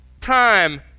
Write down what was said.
time